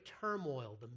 turmoil